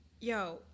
Yo